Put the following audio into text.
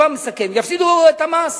ויפסידו את המס,